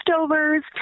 leftovers